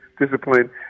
discipline